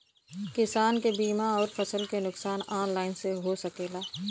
किसान के बीमा अउर फसल के नुकसान ऑनलाइन से हो सकेला?